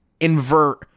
invert